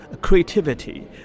creativity